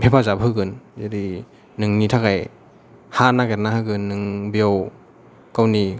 हेफाजाब होगोन जुदि नोंनि थाखाय हा नागेरना होगोन नों बेयाव गावनि